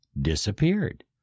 disappeared